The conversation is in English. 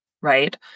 right